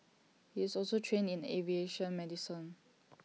he is also trained in aviation medicine